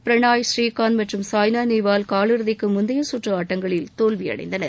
பிரணாய் ஸ்ரீகாந்த் மற்றும் சாய்னா நேவால் காலிறுதிக்கு முந்தைய கற்று ஆட்டங்களில் தோல்வி அடைந்தனர்